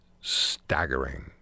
staggering